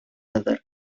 another